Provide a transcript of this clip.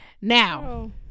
Now